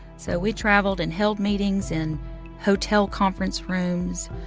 so we traveled and held meetings in hotel conference rooms,